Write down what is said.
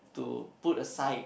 to put aside